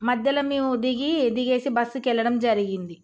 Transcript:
మధ్యలో మేము దిగి దిగేసి బస్సుకు వెళ్ళడం జరిగింది